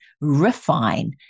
refine